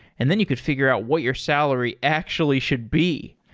and then you could figure out what your salary actually should be.